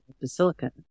Basilica